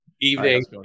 evening